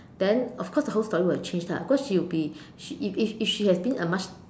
then of course the whole story will change lah because she will be she if if she have been a much